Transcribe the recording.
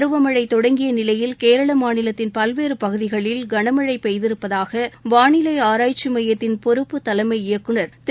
பருவமழை தொடங்கிய நிலையில் கேரள மாநிலத்தின் பல்வேறு பகுதிகளில் களமழை பெய்திருப்பதாக வானிலை ஆராய்ச்சி மையத்தின் பொறுப்பு தலைமை இயக்குநர் திரு